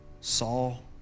Saul